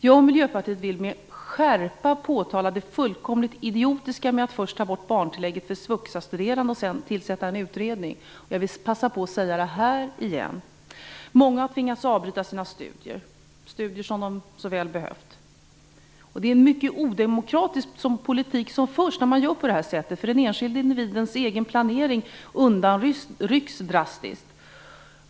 Jag och Miljöpartiet vill med skärpa påtala det fullkomligt idiotiska med att först ta bort barntillägget för svuxastuderande och sedan tillsätta en utredning. Jag vill passa på att säga det igen. Många har tvingats avbryta sina studier - studier som de så väl behövt. Det är en mycket odemokratisk politik som förs när man gör på det här sättet, därför att den enskilde individens egen planering undanrycks drastiskt.